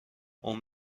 اون